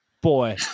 boy